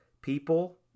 people